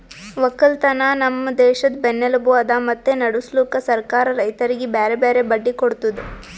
ಒಕ್ಕಲತನ ನಮ್ ದೇಶದ್ ಬೆನ್ನೆಲುಬು ಅದಾ ಮತ್ತೆ ನಡುಸ್ಲುಕ್ ಸರ್ಕಾರ ರೈತರಿಗಿ ಬ್ಯಾರೆ ಬ್ಯಾರೆ ಬಡ್ಡಿ ಕೊಡ್ತುದ್